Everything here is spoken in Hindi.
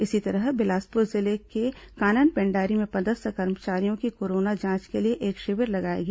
इसी तरह बिलासपुर जिले के कानन पेंडारी में पदस्थ कर्मचारियों की कोरोना जांच के लिए एक शिविर लगाया गया